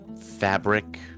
fabric